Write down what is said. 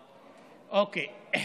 אוקיי.